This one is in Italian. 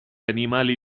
animali